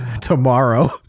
Tomorrow